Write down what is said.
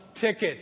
ticket